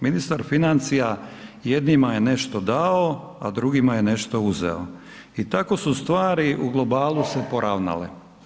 Ministar financija jednima je nešto dao a drugima je nešto uzeo i tako su stvari u globalu se poravnale.